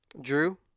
Drew